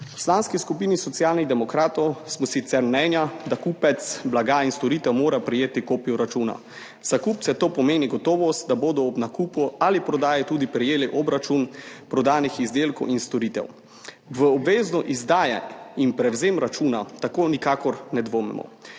V Poslanski skupini Socialnih demokratov smo sicer mnenja, da kupec blaga in storitev mora prejeti kopijo računa. Za kupce to pomeni gotovost, da bodo ob nakupu ali prodaji tudi prejeli obračun prodanih izdelkov in storitev. V obveznost izdaje in prevzema računa tako nikakor ne dvomimo.